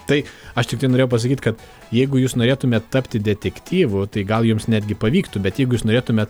tai aš tiktai norėjau pasakyt kad jeigu jūs norėtumėt tapti detektyvu tai gal jums netgi pavyktų bet jeigu jūs norėtumėt